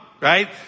Right